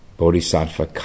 Bodhisattva